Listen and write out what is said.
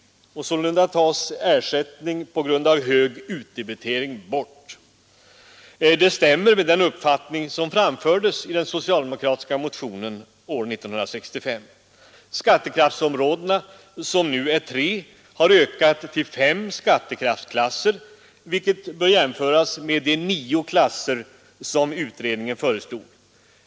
Sålunda tas ersättning på grund av hög utdebitering bort. Det stämmer med den uppfattning som framfördes i den socialdemokratiska motionen år 1965. Skattekraftsområdena, som nu är tre, har ökats till fem skattekraftsklasser, vilket bör jämföras med de nio klasser som utredningen föreslog.